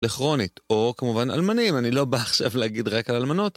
לכרונית, או כמובן אלמנים, אני לא בא עכשיו להגיד רק על אלמנות.